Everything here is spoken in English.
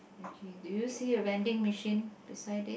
okay do you see a vending machine beside it